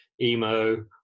emo